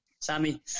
Sammy